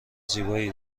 زیبایی